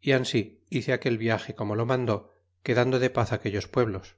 y ansi hice aquel viage como lo mandó quedando de paz aquellos pueblos